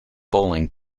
bowling